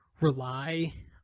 rely